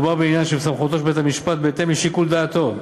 מדובר בעניין שבסמכות בית-המשפט ובהתאם לשיקול דעתו,